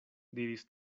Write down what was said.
diris